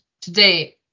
today